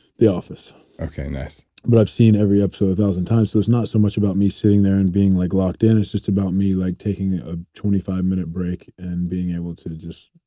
the office okay. nice but i've seen every episode a thousand times. so it's not so much about me sitting there and being like locked in. it's just about me like taking a twenty five minute break and being able to just